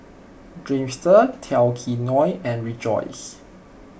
Dreamster Tao Kae Noi and Rejoice